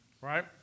Right